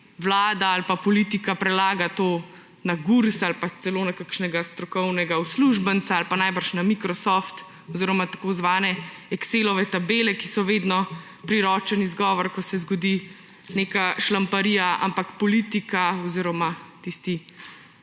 vlada ali pa politika prelaga to na Gurs, ali pa celo na kakšnega strokovnega uslužbenca, ali pa najbrž na Microsoft oziroma tako zvane excelove tabele, ki so vedno priročen izgovor, ko se zgodi neka šlamparija, ampak politika oziroma tisti,